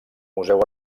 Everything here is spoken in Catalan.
museu